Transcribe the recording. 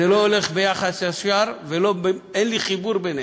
זה לא הולך ביחס ישר ואין לי חיבור ביניהם,